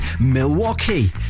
Milwaukee